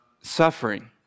suffering